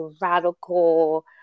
radical